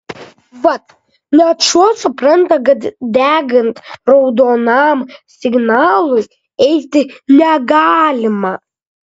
vat net šuo supranta kad degant raudonam signalui eiti negalima